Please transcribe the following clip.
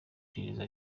iperereza